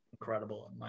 incredible